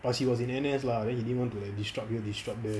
but he was in N_S ah he didn't want to disrupt here disrupt there